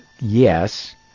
yes